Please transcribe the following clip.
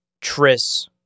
Tris